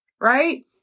right